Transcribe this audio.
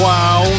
Wow